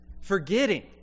forgetting